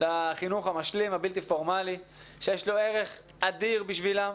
לחינוך המשלים הבלתי פורמלי שיש לו ערך אדיר עבורם.